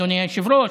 אדוני היושב-ראש,